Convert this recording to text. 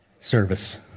Service